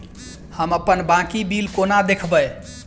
हम अप्पन बाकी बिल कोना देखबै?